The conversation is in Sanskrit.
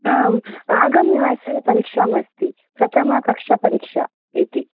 आम् आगामिवासरे परिक्षा अस्ति प्रथमकक्ष्या परीक्षा इति